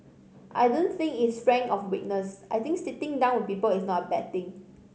I don't think it's strength or weakness I think sitting down with people is not a bad thing